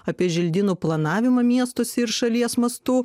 apie želdynų planavimą miestus ir šalies mastu